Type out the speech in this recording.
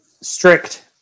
strict